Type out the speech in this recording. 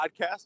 podcast